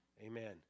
amen